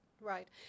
Right